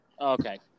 Okay